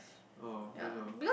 oh